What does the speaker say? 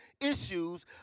issues